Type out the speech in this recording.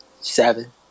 Seven